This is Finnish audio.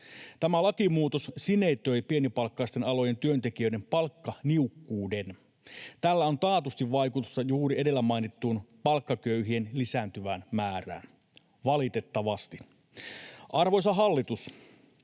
Tämä lakimuutos sinetöi pienipalkkaisten alojen työntekijöiden palkkaniukkuuden. Tällä on taatusti vaikutusta juuri edellä mainittuun palkkaköyhien lisääntyvään määrään, valitettavasti. Arvoisa hallitus!